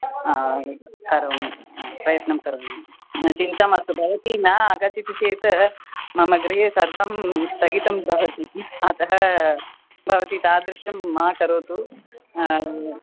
करोमि प्रयत्नं करोमि चिन्ता मास्तु भवती न अगच्छति चेत् मम गृहे सर्वं स्थगितं भवति अतः भवती तादृशं मा करोतु